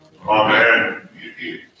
Amen